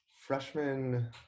freshman